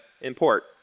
import